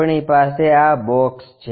આપણી પાસે આ બોક્સ છે